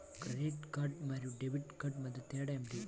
Credit card మరియు debit card మధ్య తేడా ఏమిటి?